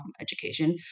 education